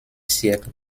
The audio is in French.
siècles